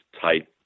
tight